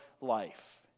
life